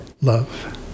love